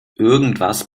irgendwas